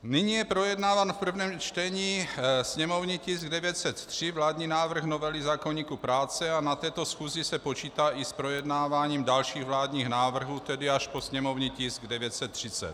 Nyní je projednáván v prvém čtení sněmovní tisk 903, vládní návrh novely zákoníku práce, a na této schůzi se počítá i s projednáváním dalších vládních návrhů, tedy až po sněmovní tisk 930.